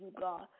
God